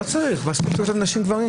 לא צריך, מספיק שהוא כותב: נשים, גברים.